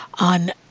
on